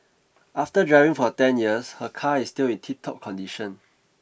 after driving for ten years her car is still in tiptop condition